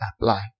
apply